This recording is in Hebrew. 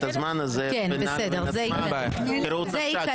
הזמן הזה בינה לבין עצמה כראות נפשה,